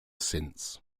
since